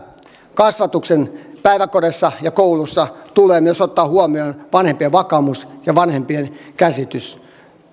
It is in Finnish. kasvatuksen päiväkodeissa ja kouluissa tulee myös ottaa huomioon vanhempien vakaumus ja vanhempien käsitys